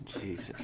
Jesus